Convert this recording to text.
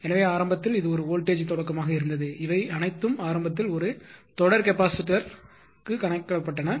எனவே ஆரம்பத்தில் இது ஒரு வோல்டேஜ் தொடக்கமாக இருந்தது இவை அனைத்தும் ஆரம்பத்தில் ஒரு தொடர் கெப்பாசிட்டர் கணக்கிடப்பட்டன